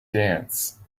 dance